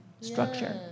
structure